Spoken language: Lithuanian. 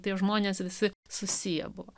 tie žmonės visi susiję buvo